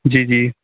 जी जी